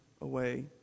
away